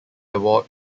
award